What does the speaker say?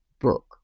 book